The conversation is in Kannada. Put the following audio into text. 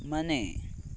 ಮನೆ